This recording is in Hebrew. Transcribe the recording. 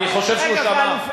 אני חושב שהוא, רגע.